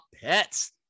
pets